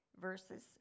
verses